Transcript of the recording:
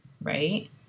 right